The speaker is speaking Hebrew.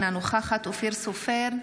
אינה נוכחת אופיר סופר,